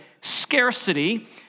scarcity